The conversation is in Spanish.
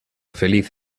feliz